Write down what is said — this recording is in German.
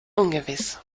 ungewiss